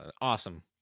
awesome